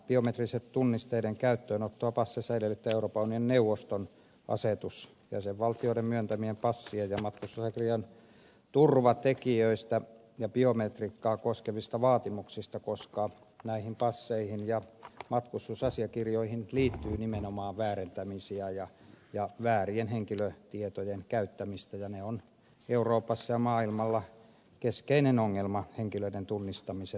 biometristen tunnisteiden käyttöönottoa passeissa edellyttää euroopan unionin neuvoston asetus jäsenvaltioiden myöntämien passien ja matkustusasiakirjojen turvatekijöistä ja biometriikkaa koskevista vaatimuksista koska näihin passeihin ja matkustusasiakirjoihin liittyy nimenomaan väärentämisiä ja väärien henkilötietojen käyttämistä ja se on euroopassa ja maailmalla keskeinen ongelma henkilöiden tunnistamisessa